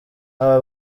aba